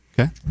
Okay